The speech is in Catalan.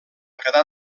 quedar